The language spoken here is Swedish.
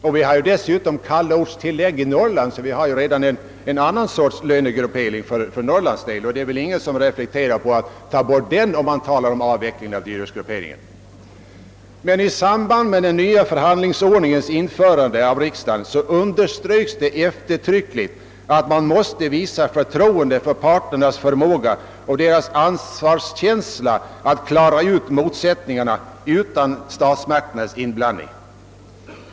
Det finns dessutom kallortstillägg i Norrland, så det finns ju redan en annan sorts lönegruppering för Norrlands del. Det är väl ingen som reflekterar på att ta bort den när man talar om avvecklingen av dyrortsgrupperingen. I samband med den nya förhandlingsordningens införande underströks eftertryckligt att man måste visa förtroende för parternas förmåga och ansvarskänsla att själva klara upp motsättningarna, utan statsmakternas inblandning.